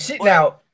Now